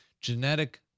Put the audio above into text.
genetic